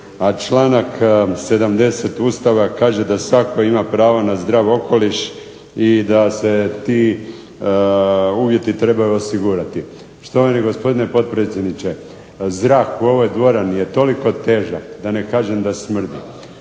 A članak 70. Ustava kaže da svatko ima pravo na zdrav okoliš i da se ti uvjeti trebaju osigurati. Štovani gospodine potpredsjedniče, zrak u ovoj dvorani je toliko težak da ne kažem da ne smrdi,